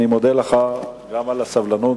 אני מודה לך גם על הסבלנות,